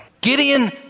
gideon